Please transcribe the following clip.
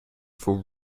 for